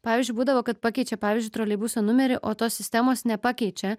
pavyzdžiui būdavo kad pakeičia pavyzdžiui troleibuso numerį o tos sistemos nepakeičia